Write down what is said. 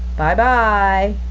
bye bye.